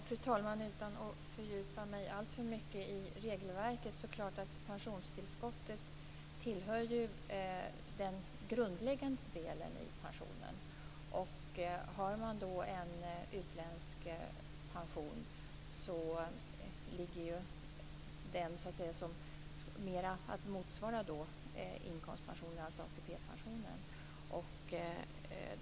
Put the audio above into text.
Fru talman! Utan att fördjupa mig alltför mycket i regelverket är det ändå klart att pensionstillskottet tillhör den grundläggande delen i pensionen. En utländsk pension motsvarar inkomstpensionen, alltså ATP.